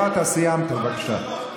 לא, אתה סיימת, בבקשה.